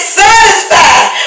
satisfied